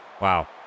Wow